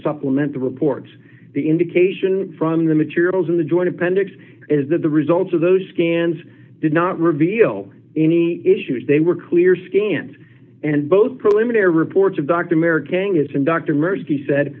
supplement the report the indication from the materials in the joint appendix is that the results of those scans did not reveal any issues they were clear scans and both preliminary reports of dr